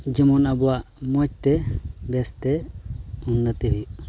ᱡᱮᱢᱚᱱ ᱟᱵᱚᱣᱟᱜ ᱢᱚᱡᱽ ᱛᱮ ᱵᱮᱹᱥ ᱛᱮ ᱩᱱᱱᱚᱛᱤ ᱦᱩᱭᱩᱜᱼᱟ